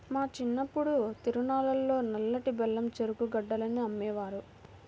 మా చిన్నప్పుడు తిరునాళ్ళల్లో నల్లటి బెల్లం చెరుకు గడలను అమ్మేవారు